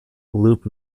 loop